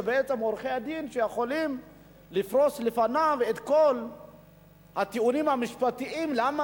בעצם עורכי-הדין יכולים לפרוס בפניו את כל הטיעונים המשפטיים למה